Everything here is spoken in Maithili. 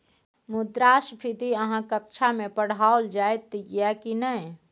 मुद्रास्फीति अहाँक कक्षामे पढ़ाओल जाइत यै की नै?